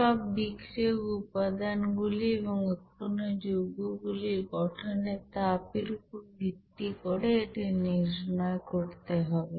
সব বিক্রিয়ক উপাদান গুলি এবং উৎপন্ন যৌগ গুলির গঠনের তাপের উপর ভিত্তি করে এটা নির্ণয় করতে হবে